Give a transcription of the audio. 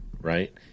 Right